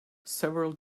several